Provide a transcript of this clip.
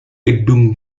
gedung